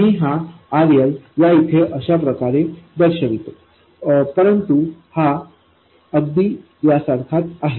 मी हा RL या इथे अशाप्रकारे दर्शवितो परंतु हा अगदी या सारखाच आहे